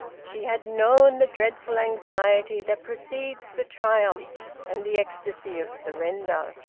she had known the dreadful anxiety that precedes the triumph, and the ecstasy of surrender.